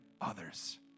others